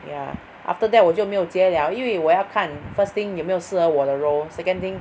ya after that 我就没有接 liao 因为我要看 first thing 有没有适合我的 role second thing